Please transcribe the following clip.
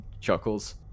chuckles